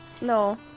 No